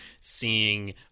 seeing